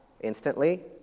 instantly